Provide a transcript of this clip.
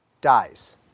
dies